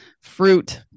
fruit